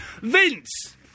Vince